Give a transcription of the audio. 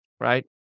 Right